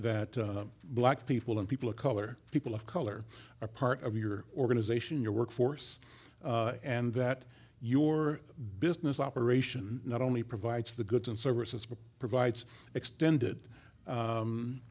that black people and people of color people of color are part of your organization your workforce and that your business operation not only provides the goods and services but provides extended